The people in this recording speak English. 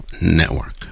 Network